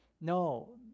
No